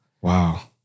Wow